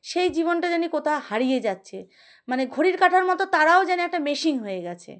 সেই জীবনটা যেন কোথাও হারিয়ে যাচ্ছে মানে ঘড়ির কাঁটার মতো তারাও যেন একটা মেশিন হয়ে গিয়েছে